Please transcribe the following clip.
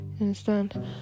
Understand